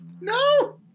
no